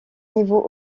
niveau